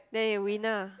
then you win lah